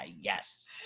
Yes